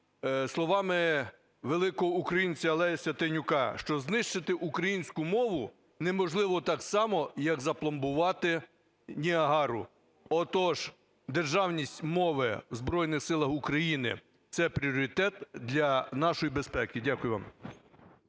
словами великого українця Леся Танюка, що знищити українську мову неможливо так само, як запломбувати Ніагару. Отож державність мови в Збройних Силах – це пріоритет для нашої безпеки. Дякую вам.